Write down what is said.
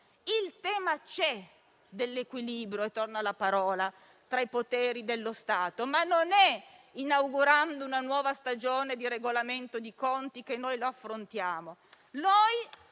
il tema dell'equilibrio - e torno a questa parola - tra i poteri dello Stato. Tuttavia, non è inaugurando una nuova stagione di regolamento di conti che lo affrontiamo